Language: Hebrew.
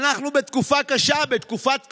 אנחנו בתקופה קשה, בתקופת קורונה,